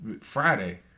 Friday